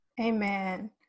Amen